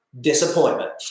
Disappointment